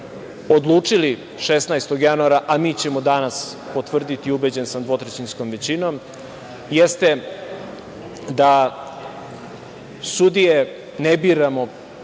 odlučili 16. januara, a mi ćemo danas potvrditi, ubeđen sam, dvotrećinskom većinom, jeste da sudije ne biramo